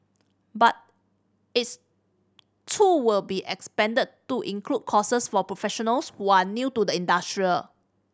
but it's too will be expanded to include courses for professionals who are new to the industrial